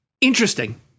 Interesting